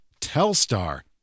Telstar